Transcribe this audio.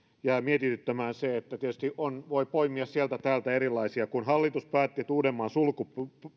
jää mietityttämään se että tietysti voi poimia sieltä täältä erilaisia kun hallitus päätti että uudenmaan sulku